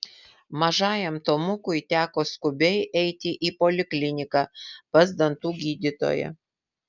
mažajam tomukui teko skubiai eiti į polikliniką pas dantų gydytoją